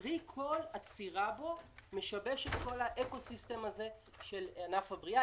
קרי: כל עצירה בו משבשת את כל האקו-סיסטם הזה של ענף הבנייה.